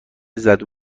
زدو